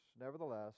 Nevertheless